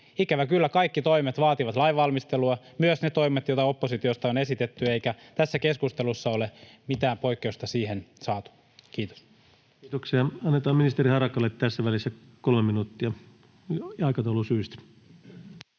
Ikävä kyllä kaikki toimet vaativat lainvalmistelua —myös ne toimet, joita oppositiosta on esitetty — eikä tässä keskustelussa ole mitään poikkeusta siihen saatu. — Kiitos. [Speech 114] Speaker: Ensimmäinen varapuhemies